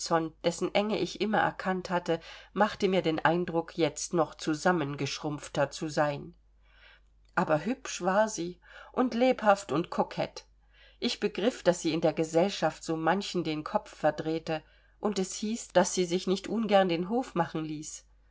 dessen enge ich immer erkannt hatte machte mir den eindruck jetzt noch zusammengeschrumpfter zu sein aber hübsch war sie und lebhaft und kokett ich begriff daß sie in der gesellschaft so manchen den kopf verdrehte und es hieß daß sie sich nicht ungern den hof machen ließ